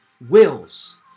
wills